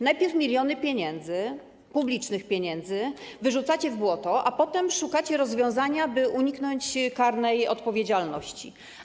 Najpierw miliony pieniędzy, publicznych pieniędzy, wyrzucacie w błoto, a potem szukacie rozwiązania, by uniknąć karnej odpowiedzialności.